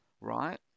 right